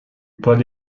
paul